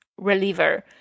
reliever